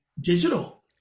digital